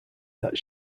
that